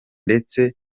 ndetse